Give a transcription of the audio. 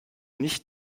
nicht